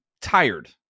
tired